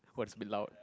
what's be loud